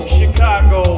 Chicago